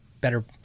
better